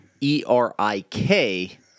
E-R-I-K